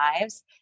lives